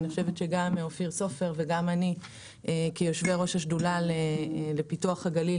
גם אני וגם אופיר סופר כיושבי ראש השדולה לפתוח הגליל,